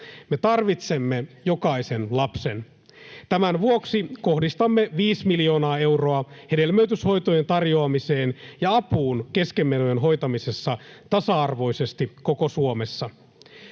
Me tarvitsemme jokaisen lapsen. Tämän vuoksi kohdistamme viisi miljoonaa euroa hedelmöityshoitojen tarjoamiseen ja apuun keskenmenojen hoitamisessa tasa-arvoisesti koko Suomessa.